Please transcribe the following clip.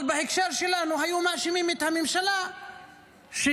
אבל בהקשר שלנו, היו מאשימים את הממשלה שהיא